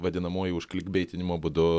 vadinamuoju užklikbeitinimo būdu